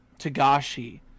tagashi